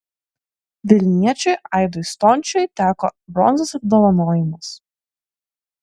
vilniečiui aidui stončiui teko bronzos apdovanojimas